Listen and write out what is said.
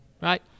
right